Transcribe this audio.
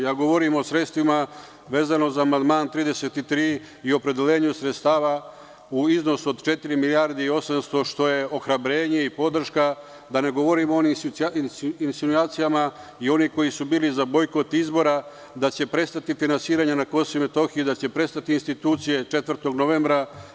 Ja govorim o sredstvima vezano za amandman 33 i opredeljenje sredstava u iznosu od 4,8 milijardi, što je ohrabrenje i podrška, a da ne govorim o insinuacijama onih koji su bili za bojkot izbora, da će prestati finansiranje na KiM, da će prestati institucije 4. novembra.